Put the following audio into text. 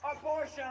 abortion